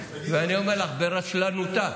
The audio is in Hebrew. ואני אומר לך: ברשלנותה,